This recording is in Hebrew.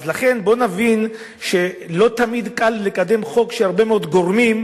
אז לכן בוא נבין שלא תמיד קל לקדם חוק שהרבה מאוד גורמים,